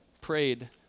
prayed